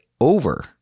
over